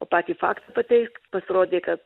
o patį faktą pateikt pasirodė kad